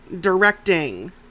directing